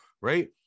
right